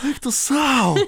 eik tu sau